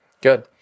Good